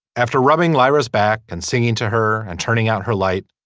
after rubbing laura's back and singing to her and turning out her light.